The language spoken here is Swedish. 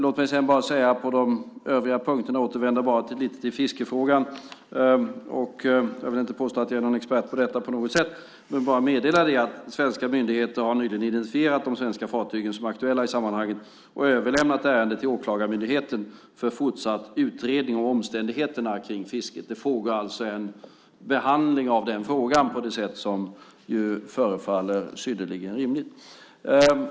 Låt mig återvända lite till fiskefrågan. Jag vill inte påstå att jag på något sätt är någon expert på detta. Jag vill bara meddela att svenska myndigheter nyligen har identifierat de svenska fartyg som är aktuella i sammanhanget och överlämnat ärendet till Åklagarmyndigheten för fortsatt utredning om omständigheterna kring fisket. Det pågår alltså en behandling av frågan på ett sätt som förefaller synnerligen rimligt.